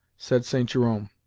said st. jerome,